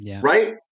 right